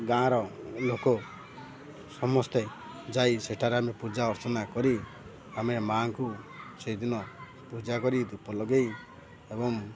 ଗାଁର ଲୋକ ସମସ୍ତେ ଯାଇ ସେଠାରେ ଆମେ ପୂଜା ଅର୍ଚ୍ଚନା କରି ଆମେ ମା'ଙ୍କୁ ସେଇଦିନ ପୂଜା କରି ଧୂପ ଲଗାଇ ଏବଂ